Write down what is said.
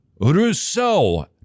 Rousseau